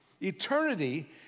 eternity